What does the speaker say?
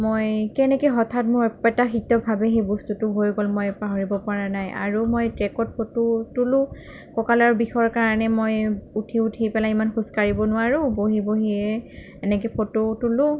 মই কেনেকৈ হঠাৎ মই অপ্ৰত্যাশিতভাৱে সেই বস্তুটো হৈ গ'ল মই পাহৰিব পৰা নাই আৰু মই ট্ৰেকত ফটো তোলোঁ কঁকালৰ বিষৰ কাৰণে মই উঠি উঠি পেলাই ইমান খোজকাঢ়িবও নোৱাৰোঁ বহি বহিয়ে এনেকৈ ফটো তোলোঁ